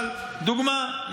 אבל דוגמה.